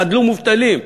חדלו מובטלים.